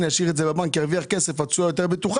אלא ישאיר את הכסף בבנק וירוויח כסף עם תשואה יותר בטוחה.